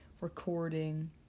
recording